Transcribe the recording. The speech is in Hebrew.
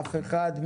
אף אחד.